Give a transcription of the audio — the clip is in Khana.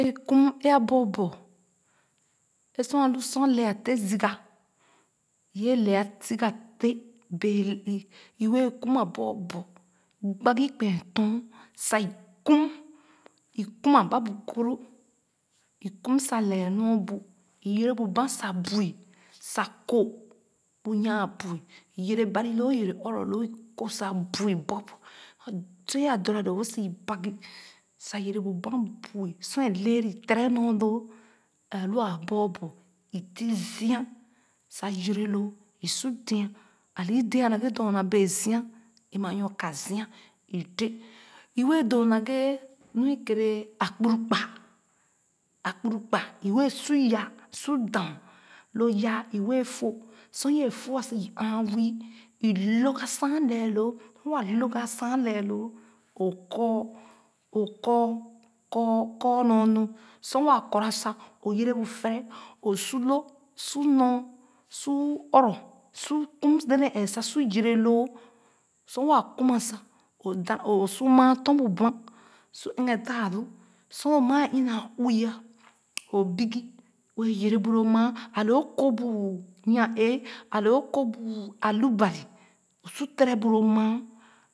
I kum ee a bor bor ee sor a lu sor lè a tèn suga ee yɛ lɛa suga tèn bee ii i wɛɛ kum aborbor gbog i kpēē tòn sa i kum ee kuma ba bu koroh i kum sa lɛɛ nɔ̃r bu i yɛrɛ bu bani sa bui sa kɔɔ bu nya-a bua iyɛrɛ Bani loo ye̱rɛ ɔrɔ loo i kɔɔ sa bui būp sor yaa dora doo wo-i bagi sa yɛrɛ bu bann bui sor ee lɛɛra i tere nɔr loo ɛɛ lua aborbor u-tu zia sa yɛrɛ loo ee su dɛān a le bee i dean naghe dorna bee zia ee ma nyɔ ka-zia i dɛɛ i wɛɛ doo naghe nu i kere a kpuru kpa a kpuru kpa i wɛɛ su ya su daah lo ya i wɛɛ fo sor wɛɛ fo ah sa i āā wii i lōg as a lɛ loo sor wa lōga o kɔɔ ok ɔɔ kɔɔ kɔɔ nyɔ-nu sor waa kɔra sa o yɛrɛ bu fɛrɛ o sor lo su nɔr suu ɔrɔ su kum dèdèn ɛɛ sa su yɛrɛ loo sor waa kuma sa o dan o o su maa tɔn bu bān u ɛghe daa lu sor lo maa ee ina uuh ah o bigi wɛɛ yɛrɛ bu lo maa a le o kor bu ya-ɛɛ ale o kor bu a lu ban o sor tere bu lo maa